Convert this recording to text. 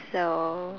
so